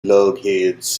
lunkheads